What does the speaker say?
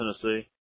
Tennessee